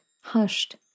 hushed